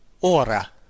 Ora